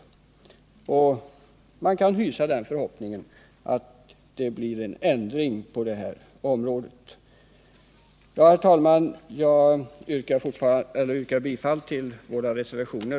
Man kan hysa den förhoppningen att det blir en ändring på detta område. Herr talman! Jag yrkar bifall till våra reservationer.